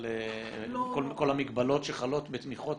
על כל המגבלות שחלות בתמיכות?